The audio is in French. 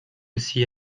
aussi